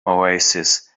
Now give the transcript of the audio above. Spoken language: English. oasis